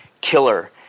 killer